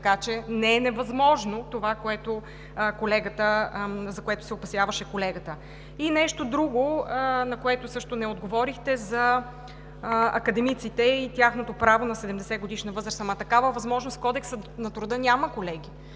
Така че не е невъзможно това, за което се опасяваше колегата. И нещо друго, на което също не отговорихте, за академиците и тяхното право на 70-годишна възраст. Ама такава възможност в Кодекса на труда няма, колеги.